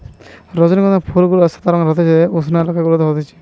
রজনীগন্ধা ফুল গুলা সাদা রঙের হতিছে উষ্ণ এলাকা গুলাতে হতিছে